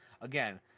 again